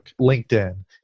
LinkedIn